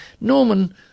Norman